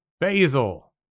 basil